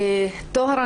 טוהר,